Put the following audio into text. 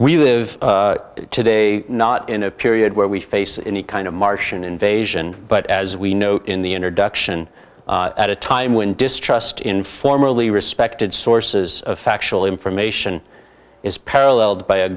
we live today not in a period where we face any kind of martian invasion but as we know in the introduction at a time when distrust in formerly respected sources of factual information is paralleled by a